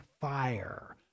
fire